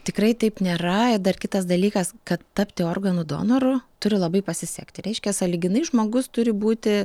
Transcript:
tikrai taip nėra ir dar kitas dalykas kad tapti organų donoru turi labai pasisekti reiškia sąlyginai žmogus turi būti